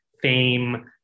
fame